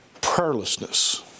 Prayerlessness